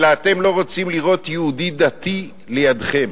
אלא אתם לא רוצים לראות יהודי דתי לידכם.